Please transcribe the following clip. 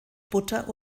butter